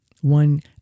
One